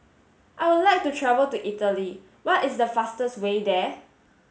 I would like to travel to Italy what is the fastest way there